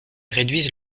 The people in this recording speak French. réduisent